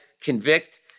convict